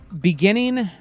beginning